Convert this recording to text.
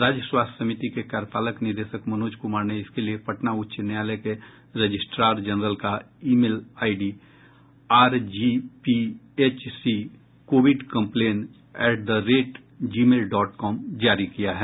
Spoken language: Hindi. राज्य स्वास्थ्य समिति के कार्यपालक निदेशक मनोज कुमार ने इसके लिए पटना उच्च न्यायालय के रजिस्ट्रार जनरल का email ID R G P H C covid complain at the rate Gmail dot com जारी किया है